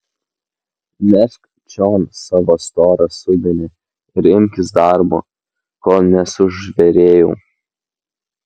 nešk čion savo storą subinę ir imkis darbo kol nesužvėrėjau